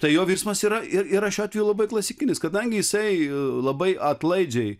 tai jo virsmas yra ir yra šiuo atveju labai klasikinis kadangi jisai labai atlaidžiai